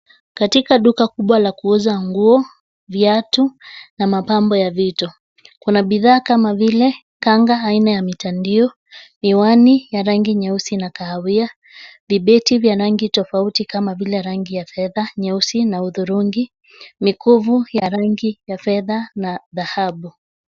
Katika duka kubwa la kuuza nguo, viatu, na mapambo ya vito. Kuna bidhaa kama vile kanga aina ya mitandio, miwani ya rangi nyeusi na kahawia, vibeti vya rangi tofauti kama vile rangi ya fedha, nyeusi na hudhurungi. Mikufu ya rangi ya fedha na dhahabu.